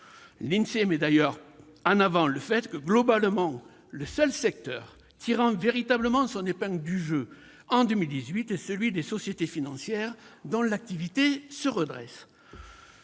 L'Insee met par ailleurs en avant le fait que, globalement, le seul secteur tirant véritablement son épingle du jeu en 2018 est celui des sociétés financières, dont l'activité se redresse.